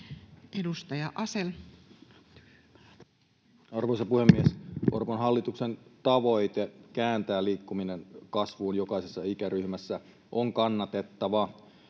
Content: Arvoisa puhemies! Orpon hallituksen tavoite kääntää liikkuminen kasvuun jokaisessa ikäryhmässä on kannatettava.